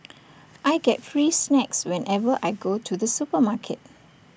I get free snacks whenever I go to the supermarket